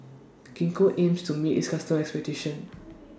Gingko aims to meet its customers' expectations